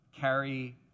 carry